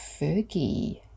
Fergie